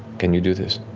can you do this?